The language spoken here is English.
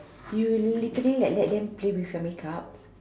you literally like let them play with your make up